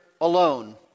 alone